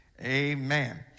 Amen